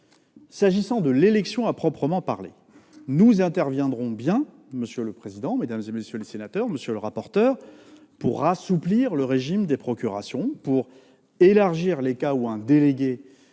S'agissant de l'élection à proprement parler, nous interviendrons bien, monsieur le président de la commission, mesdames, messieurs les sénateurs, pour assouplir le régime des procurations, pour élargir les cas où un délégué